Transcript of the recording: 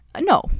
No